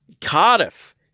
Cardiff